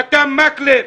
חתם מקלב,